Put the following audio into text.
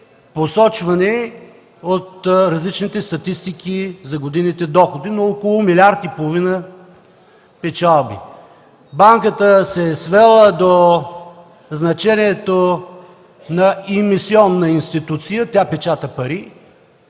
посочвани от различните статистики за годините доходи, но около 1,5 млрд. лв. печалби. Банката се е свела до значението на емисионна институция (тя печата пари)